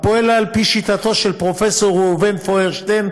הפועל על פי שיטתו של פרופ' ראובן פוירשטיין,